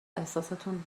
احساستون